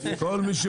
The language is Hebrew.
מה?